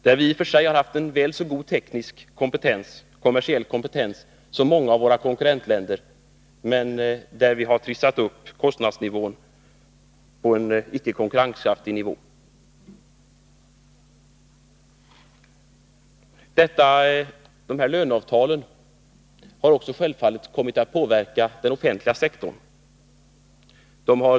Vi har i och för sig haft en väl så god teknisk och kommersiell kompetens som många av våra konkurrentländer, men vi har trissat upp kostnaderna till en icke konkurrenskraftig nivå. De här löneavtalen har självfallet också kommit att påverka den offentliga sektorn.